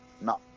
no